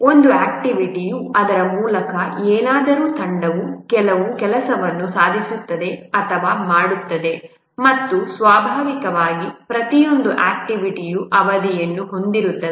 ಒಂದು ಆಕ್ಟಿವಿಟಿಯು ಅದರ ಮೂಲಕ ಏನಾದರೂ ತಂಡವು ಕೆಲವು ಕೆಲಸವನ್ನು ಸಾಧಿಸುತ್ತದೆ ಅಥವಾ ಮಾಡುತ್ತದೆ ಮತ್ತು ಸ್ವಾಭಾವಿಕವಾಗಿ ಪ್ರತಿಯೊಂದು ಆಕ್ಟಿವಿಟಿಯು ಅವಧಿಯನ್ನು ಹೊಂದಿರುತ್ತದೆ